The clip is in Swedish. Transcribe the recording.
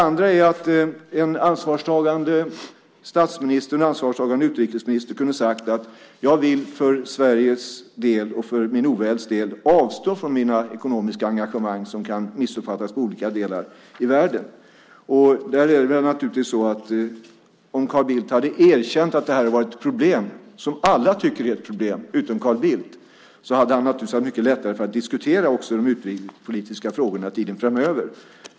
En ansvarstagande statsminister och en ansvarstagande utrikesminister kunde också ha sagt: Jag vill för Sveriges del och för min ovälds del avstå från mina ekonomiska engagemang som kan missuppfattas i olika delar av världen. Det är naturligtvis så att om Carl Bildt hade erkänt att det här har varit ett problem, som alla utom Carl Bildt tycker är ett problem, hade han naturligtvis haft mycket lättare för att diskutera också de utrikespolitiska frågorna framöver.